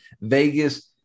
vegas